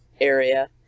area